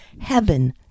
heaven